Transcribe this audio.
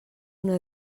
una